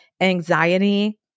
anxiety